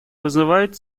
вызывает